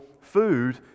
food